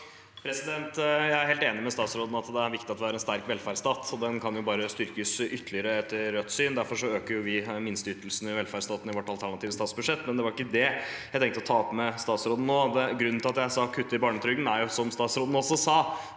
Jeg er helt enig med statsråden i at det er viktig at vi har en sterk velferdsstat, og den kan bare styrkes ytterligere, etter Rødts syn. Derfor øker vi minsteytelsene i velferdsstaten i vårt alternative statsbudsjett, men det var ikke det jeg hadde tenkt å ta opp med statsråden nå. Grunnen til at jeg sa kutt i barnetrygden, er, som statsråden også sa,